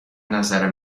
نظر